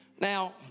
Now